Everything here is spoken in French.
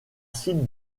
site